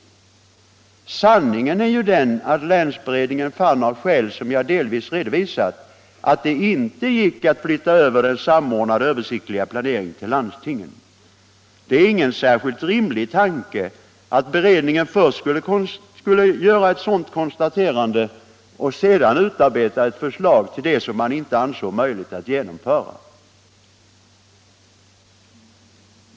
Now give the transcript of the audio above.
Sanningen är ju den att länsberedningen fann — av skäl som jag delvis redovisat — att det inte gick att flytta över den samordnade översiktliga planeringen till landstingen. Det är ingen särskilt rimlig tanke att beredningen först skulle göra ett sådant konstaterande och sedan utarbeta ett förslag till det som man inte ansåg möjligt att genomföra.